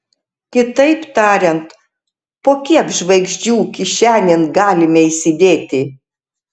kitaip tariant po kiek žvaigždžių kišenėn galime įsidėti